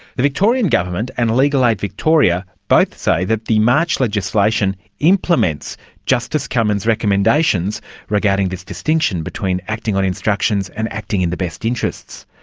the victorian government and legal aid victoria both say that the march legislation implements justice cummins' recommendations regarding this distinction between acting on instructions and acting in the best interests.